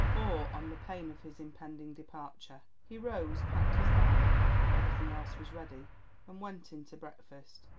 or on the pain of his impending departure. he rose, packed his bag everything else was ready and went in to breakfast.